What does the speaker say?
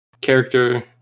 character